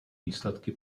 výsledky